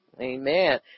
Amen